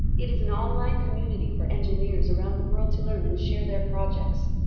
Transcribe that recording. it is an online community for engineers around the world to learn and share their projects